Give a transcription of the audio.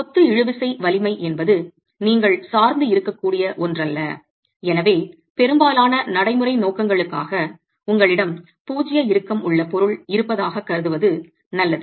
கொத்து இழுவிசை வலிமை என்பது நீங்கள் சார்ந்து இருக்கக்கூடிய ஒன்றல்ல எனவே பெரும்பாலான நடைமுறை நோக்கங்களுக்காக உங்களிடம் பூஜ்ஜிய இறுக்கம் உள்ள பொருள் இருப்பதாகக் கருதுவது நல்லது